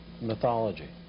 mythology